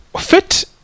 fit